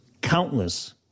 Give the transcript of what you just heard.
countless